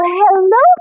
hello